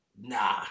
nah